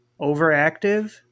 overactive